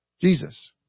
Jesus